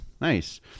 nice